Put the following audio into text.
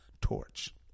torch